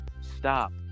stop